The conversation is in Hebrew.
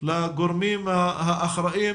לגורמים האחראים